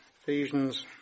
Ephesians